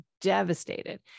devastated